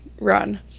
run